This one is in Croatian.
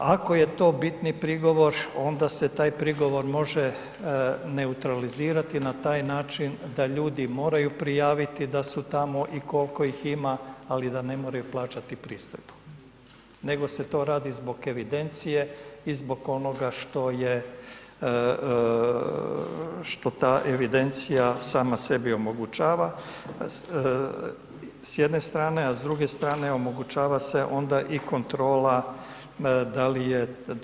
Ako je to biti prigovor onda se taj prigovor može neutralizirati na taj način da ljudi moraju prijaviti da su tamo i koliko ih ima, ali da ne moraju plaćati pristojbu, nego se to radi zbog evidencije i zbog onoga što je, što ta evidencija sama sebi omogućava s jedne strane, a s druge strane omogućava se onda i kontrola